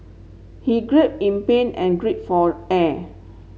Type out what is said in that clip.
he grip in pain and grape for air